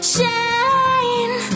Shine